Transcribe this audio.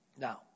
Now